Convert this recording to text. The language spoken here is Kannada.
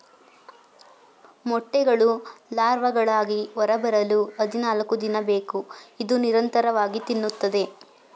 ಮೊಟ್ಟೆಗಳು ಲಾರ್ವಾಗಳಾಗಿ ಹೊರಬರಲು ಹದಿನಾಲ್ಕುದಿನ ಬೇಕು ಇದು ನಿರಂತರವಾಗಿ ತಿನ್ನುತ್ತದೆ